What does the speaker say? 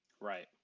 Right